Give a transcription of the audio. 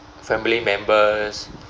family members